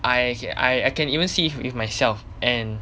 I can I can even see it with myself and